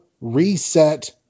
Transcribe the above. reset